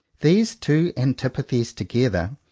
these two antipathies together,